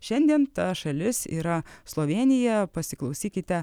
šiandien ta šalis yra slovėnija pasiklausykite